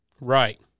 Right